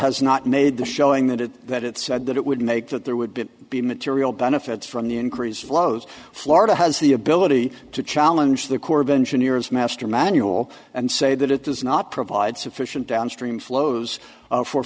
has not made the showing that it that it said that it would make that there would be be material benefits from the increase flows florida has the ability to challenge the corps of engineers master manual and say that it does not provide sufficient downstream flows for